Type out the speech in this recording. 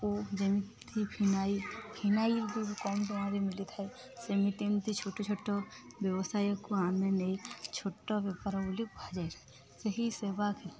ଓ ଯେମିତି phenyl phenyl ବି କମ୍ ସମମରେ ମିଳିଥାଏ ସେମିତି ଏମିତି ଛୋଟ ଛୋଟ ବ୍ୟବସାୟକୁ ଆମେ ନେଇ ଛୋଟ ବେପାର ବୋଲି କୁହାଯାଇଥାଏ ସେହି ସେବା